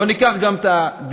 בואו ניקח גם את העניין,